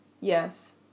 Yes